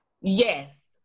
Yes